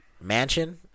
mansion